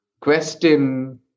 question